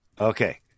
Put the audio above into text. okay